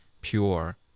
pure